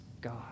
God